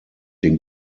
den